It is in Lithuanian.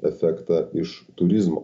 efektą iš turizmo